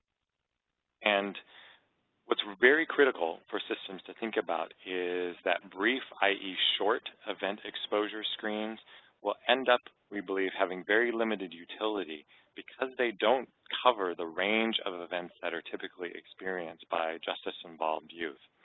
and what's very critical for systems to think about is that brief, i e. short, event exposure screens will end up, we believe, having very limited utility because they don't cover the range of events that are typically experienced by justice-involved youth.